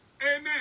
Amen